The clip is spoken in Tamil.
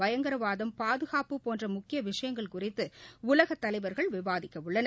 பயங்கரவாதம் பாதுகாப்பு போன்ற முக்கிய விஷயங்கள் குறித்து உலகத் தலைவா்கள் விவாதிக்க உள்ளனர்